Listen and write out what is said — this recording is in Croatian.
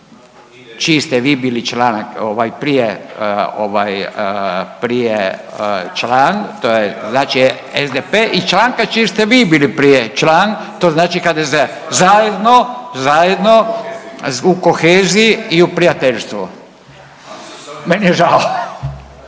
ste vi bili član prije ovaj prije član, to je znači SDP i članka čiji ste vi bili prije član, to znači HDZ-a, zajedno, zajedno u koheziji i u prijateljstvu. Meni je žao.